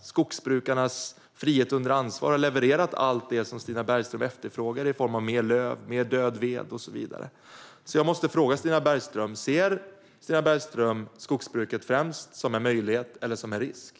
Skogsbrukarnas frihet under ansvar har levererat allt det som Stina Bergström efterfrågar i form av mer löv, mer död ved och så vidare. Ser Stina Bergström skogsbruket främst som en möjlighet eller som en risk?